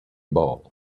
ball